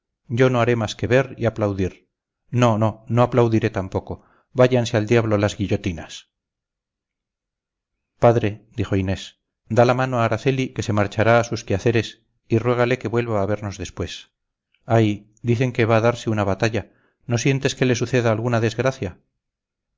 yo no haré más que ver y aplaudir no no no aplaudiré tampoco váyanse al diablo las guillotinas padre dijo inés da la mano a araceli que se marchará a sus quehaceres y ruégale que vuelva a vernos después ay dicen que va a darse una batalla no sientes que le suceda alguna desgracia